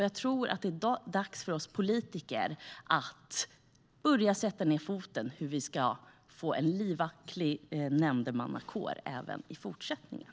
Jag tror att det är dags för oss politiker att börja sätta ned foten när det gäller hur vi ska få en livaktig nämndemannakår även i fortsättningen.